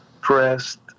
pressed